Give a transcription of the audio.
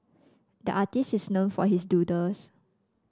the artist is known for his doodles